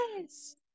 Yes